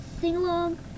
sing-along